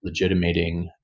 legitimating